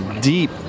deep